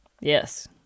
Yes